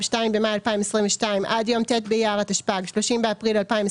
(2 במאי 2022) עד יום ט' באייר התשפ"ג (30 באפריל 2023),